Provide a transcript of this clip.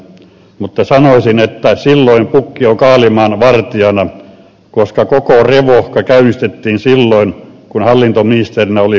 mutta sanoisin että silloin pukki on kaalimaan vartijana koska koko revohka käynnistettiin silloin kun hallintoministerinä oli mari kiviniemi